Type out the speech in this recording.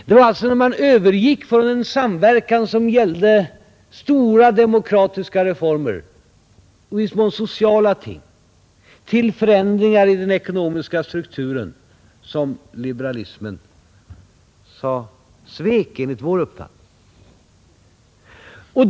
Det var alltså när man övergick från en samverkan som gällde stora demokratiska reformer och i viss mån sociala ting till förändringar i den ekonomiska strukturen som liberalismen svek enligt vår mening.